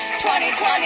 2020